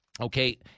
Okay